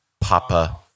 Papa